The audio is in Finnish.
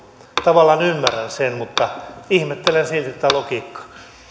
tavallaan ymmärrän sen mutta ihmettelen silti tätä logiikkaa